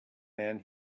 man